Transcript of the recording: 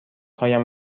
هایم